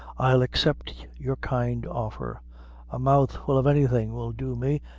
i'll accept your kind offer a mouthful of any thing will do me,